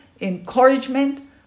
encouragement